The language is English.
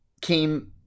came